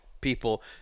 people